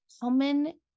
common